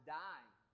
dying